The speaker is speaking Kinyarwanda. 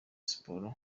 siporo